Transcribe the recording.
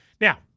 Now